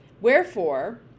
Wherefore